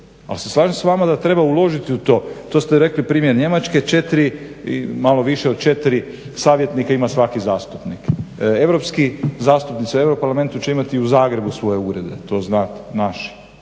ali se slažem s vama da treba uložiti u to. To ste rekli primjer Njemačke 4, malo više od 4 savjetnika ima svaki zastupnik. Europski zastupnici u Europarlamentu će imati u Zagrebu svoje urede, to znate naši